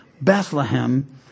Bethlehem